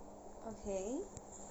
okay